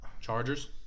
Chargers